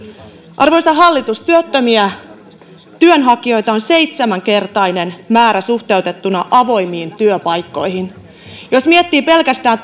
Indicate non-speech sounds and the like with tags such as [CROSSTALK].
arvoisa hallitus työttömiä työnhakijoita on seitsemänkertainen määrä suhteutettuna avoimiin työpaikkoihin jos miettii pelkästään [UNINTELLIGIBLE]